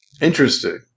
Interesting